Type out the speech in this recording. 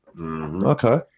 Okay